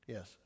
Yes